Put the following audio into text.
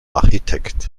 architekt